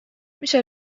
میشه